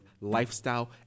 lifestyle